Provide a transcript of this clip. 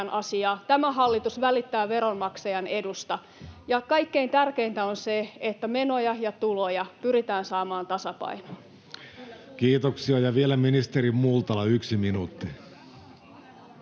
Tämä hallitus välittää veronmaksajan edusta. Ja kaikkein tärkeintä on se, että menoja ja tuloja pyritään saamaan tasapainoon. [Speech 75] Speaker: Jussi Halla-aho